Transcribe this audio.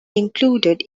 included